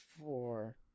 four